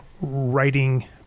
writing